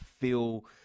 feel